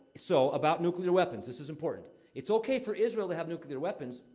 so about nuclear weapons this is important it's okay for israel to have nuclear weapons,